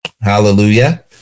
Hallelujah